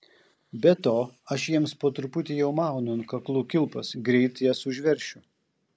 be to aš jiems po truputį jau maunu ant kaklų kilpas greit jas užveršiu